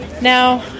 Now